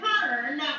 turn